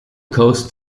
coast